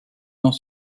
dans